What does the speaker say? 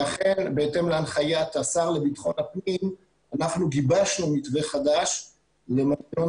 ואכן בהתאם להנחיית השר לבטחון הפנים אנחנו גיבשנו מתווה חדש למנגנון